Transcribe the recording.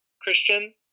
Christian